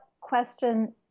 question